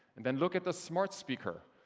then look at the smart speaker.